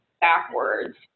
backwards